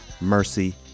mercy